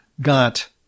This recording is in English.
got